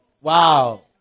Wow